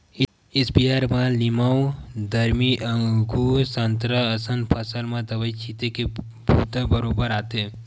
sprayer म लीमउ, दरमी, अगुर, संतरा असन फसल म दवई छिते के बूता बरोबर आथे